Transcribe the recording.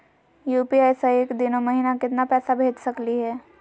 UPI स एक दिनो महिना केतना पैसा भेज सकली हे?